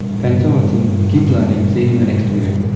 thanks for watching. keep learning see you in the next video.